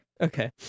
Okay